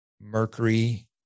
mercury